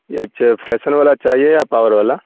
اچھا فیشن والا چاہیے یا پاور والا